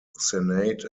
senate